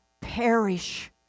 perish